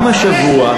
גם השבוע,